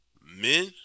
Men